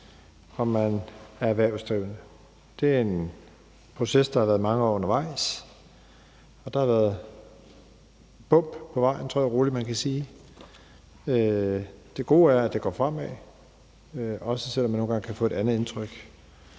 om man er erhvervsdrivende. Det er en proces, der har været mange år undervejs, og der har været bump på vejen, tror jeg rolig man kan sige. Det gode er, at det går fremad, også selv om man nogle gange kan få et andet indtryk.